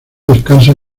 descansan